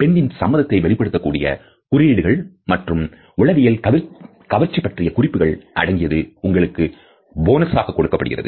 பெண்ணின் சம்மதத்தை வெளிப்படுத்தக்கூடிய குறியீடுகள் மற்றும் உளவியல் கவர்ச்சி பற்றி குறிப்புகள் அடங்கியது உங்களுக்கு போனசாக கொடுக்கப்படுகிறது